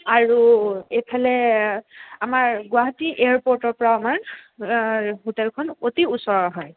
আৰু এইফালে আমাৰ গুৱাহাটী এয়াৰপৰ্টৰপৰা আমাৰ হোটেলখন অতি ওচৰৰ হয়